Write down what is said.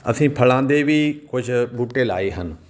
ਅਸੀਂ ਫਲਾਂ ਦੇ ਵੀ ਕੁਛ ਬੂਟੇ ਲਗਾਏ ਹਨ